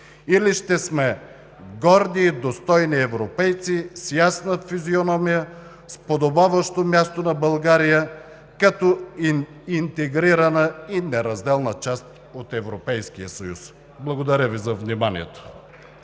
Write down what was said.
или ще сме горди и достойни европейци с ясна физиономия, с подобаващо място на България като интегрирана и неразделна част от Европейския съюз. Благодаря Ви за вниманието.